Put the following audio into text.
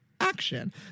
action